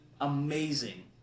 amazing